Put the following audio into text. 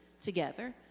together